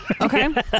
Okay